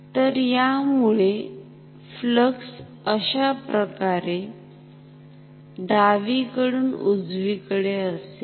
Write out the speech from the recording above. तर यामुळे फ्लक्स अशाप्रकारे डावीकडून उजवीकडे असेल